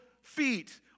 feet